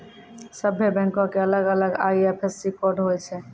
सभ्भे बैंको के अलग अलग आई.एफ.एस.सी कोड होय छै